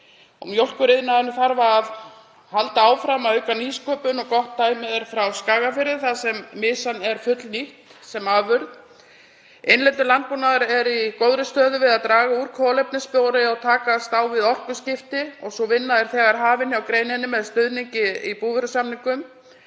Mjólkuriðnaðurinn þarf að halda áfram að auka nýsköpun og gott dæmi er frá Skagafirði þar sem mysan er fullnýtt sem afurð. Innlendur landbúnaður er í góðri stöðu til að draga úr kolefnisspori og takast á við orkuskipti og sú vinna er þegar hafin hjá greininni með stuðningi í búvörusamningum.